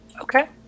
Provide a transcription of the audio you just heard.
okay